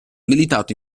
militato